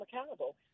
accountable